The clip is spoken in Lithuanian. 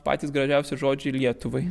patys gražiausi žodžiai lietuvai